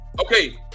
Okay